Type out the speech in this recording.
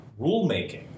rulemaking